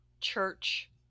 church